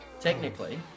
technically